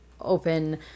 open